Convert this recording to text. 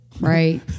right